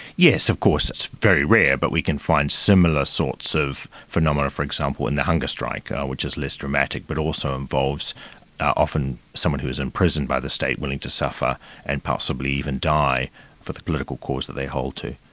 yes, of course it's very rare, but we can find similar sorts of phenomena for example in the hunger strike, which is less dramatic, but also involves often someone who is imprisoned by the state, willing to suffer and possibly even die for the political cause that they hold to.